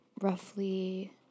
roughly